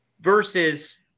versus